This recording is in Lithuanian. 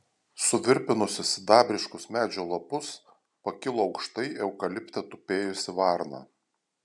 suvirpinusi sidabriškus medžio lapus pakilo aukštai eukalipte tupėjusi varna